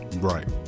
right